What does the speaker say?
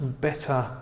better